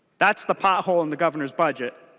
that's the pothole in the governor's budget.